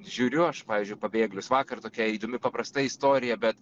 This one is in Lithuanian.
žiūriu aš pavyzdžiui į pabėgėlius vakar tokia įdomi paprasta istorija bet